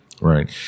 Right